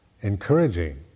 encouraging